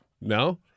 No